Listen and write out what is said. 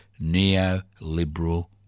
neoliberal